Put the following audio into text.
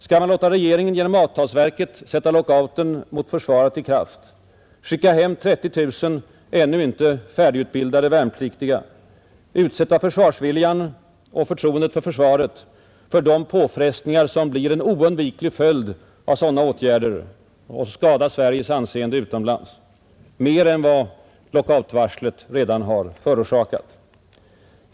Skall man låta regeringen genom avtalsverket sätta lockouten mot försvaret i kraft, skicka hem 30 000 ännu inte färdigutbildade värnpliktiga, utsätta försvarsviljan och förtroendet för försvaret för de påfrestningar som blir en oundviklig följd av sådana åtgärder och skada Sveriges anseende utomlands mer än vad lockoutvarslet redan har gjort?